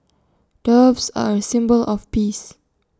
doves are A symbol of peace